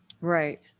Right